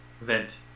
vent